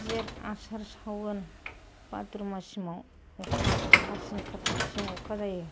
जेत आसार सावान भद्र' मासिमआव अखा आसिन कार्तिकसिम अखा जायो